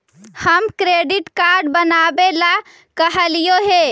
हम credit card बनावे ला कहलिऐ हे?